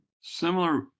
Similar